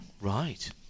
Right